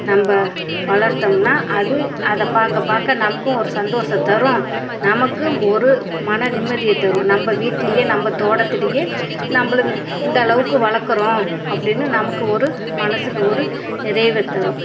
நம்ம வளர்த்தோம்னா அது அதை பார்க்க பார்க்க நமக்கும் ஒரு சந்தோஷம் தரும் நமக்கும் ஒரு மன நிம்மதியை தரும் நம்ம வீட்லையே நம்ம தோட்டத்துலையே நம்மளுக்கு இந்தளவுக்கு வளர்க்கறோம் அப்படின்னு நமக்கு ஒரு மனதுக்கு ஒரு நிறைவை தரும்